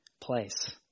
place